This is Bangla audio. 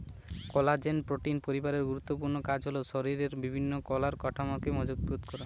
কোলাজেন প্রোটিন পরিবারের গুরুত্বপূর্ণ কাজ হল শরিরের বিভিন্ন কলার কাঠামোকে মজবুত করা